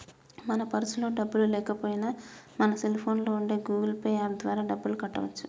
మన పర్సులో డబ్బులు లేకపోయినా మన సెల్ ఫోన్లో ఉండే గూగుల్ పే యాప్ ద్వారా డబ్బులు కట్టవచ్చు